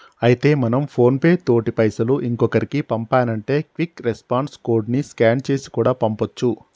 అయితే మనం ఫోన్ పే తోటి పైసలు ఇంకొకరికి పంపానంటే క్విక్ రెస్పాన్స్ కోడ్ ని స్కాన్ చేసి కూడా పంపొచ్చు